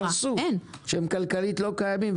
יש שקרסו שהם כלכלית לא קיימים,